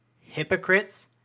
Hypocrites